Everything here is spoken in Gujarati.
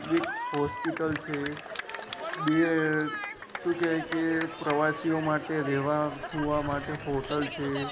એક હોસ્પિટલ છે બે શું કહેવાય કે પ્રવાસીઓ માટે રહેવા સુવા માટે હોટલ છે